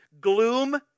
gloom